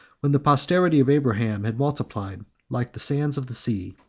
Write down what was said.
when the posterity of abraham had multiplied like the sands of the sea,